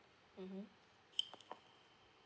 mmhmm